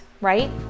right